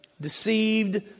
deceived